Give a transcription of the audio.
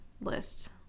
lists